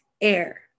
air